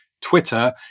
Twitter